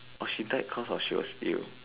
oh she died cause of she was ill